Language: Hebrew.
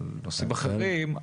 בנושאים אחרים,